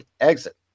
exit